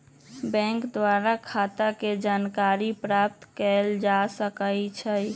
bank द्वारा खता के जानकारी प्राप्त कएल जा सकइ छइ